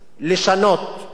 אני אומר לכם מעכשיו,